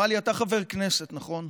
היא אמרה לי: אתה חבר כנסת, נכון?